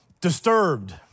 Disturbed